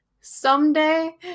someday